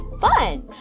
fun